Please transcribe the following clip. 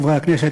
חברי הכנסת,